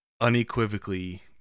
unequivocally